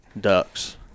Ducks